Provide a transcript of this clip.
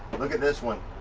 look at this one.